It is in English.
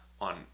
on